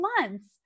months